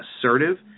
assertive